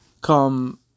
come